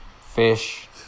fish